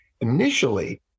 Initially